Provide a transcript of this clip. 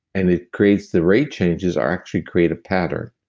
and it creates the rate changes are actually created pattern.